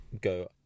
go